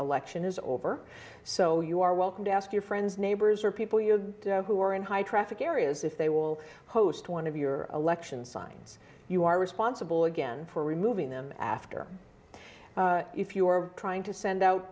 election is over so you are welcome to ask your friends neighbors or people who are in high traffic areas if they will host one of your election signs you are responsible again for removing them after if you are trying to send out